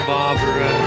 Barbara